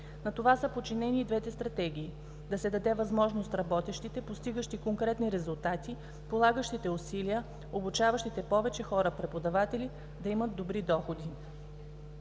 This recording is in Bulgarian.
На това са подчинени и двете стратегии – да се даде възможност работещите, постигащи конкретни резултати, полагащите усилия, обучаващите повече хора преподаватели да имат добри доходи.